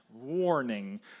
Warning